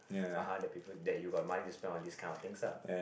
(uh huh) the that you got money to spend on this kind of things ah